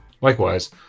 Likewise